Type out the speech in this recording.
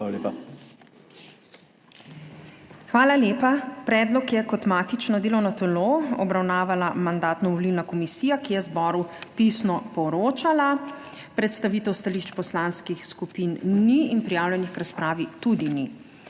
ZUPANČIČ: Hvala lepa. Predlog je kot matično delovno telo obravnavala Mandatno-volilna komisija, ki je zboru pisno poročala. Predstavitev stališč poslanskih skupin ni in prijavljenih k razpravi tudi ni.